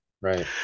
right